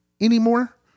anymore